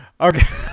Okay